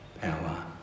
power